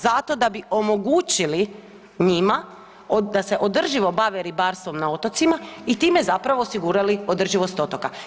Zato da bi omogućili njima da se održivo bave ribarstvom na otocima i time zapravo osigurali održivost otoka.